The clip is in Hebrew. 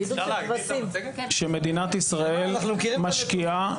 שמדינת ישראל משקיעה,